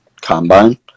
combine